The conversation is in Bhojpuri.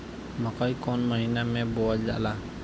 मकई कौन महीना मे बोअल जाला?